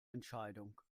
entscheidung